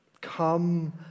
Come